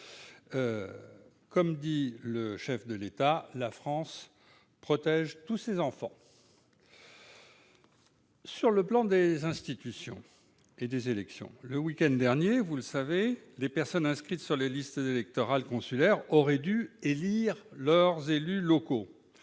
Comme dit le chef de l'État, la France protège tous ses enfants. En ce qui concerne le plan des institutions et des élections, le week-end dernier, les personnes inscrites sur les listes électorales consulaires auraient dû élire leurs élus locaux.